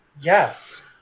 Yes